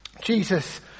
Jesus